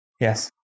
Yes